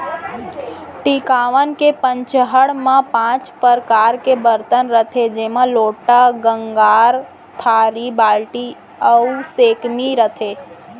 टिकावन के पंचहड़ म पॉंच परकार के बरतन रथे जेमा लोटा, गंगार, थारी, बाल्टी अउ सैकमी रथे